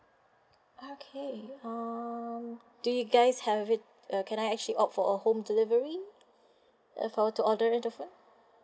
okay um do you guys have it uh can I actually opt for a home delivery if I were to order in the phone